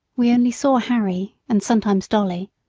we only saw harry, and sometimes dolly.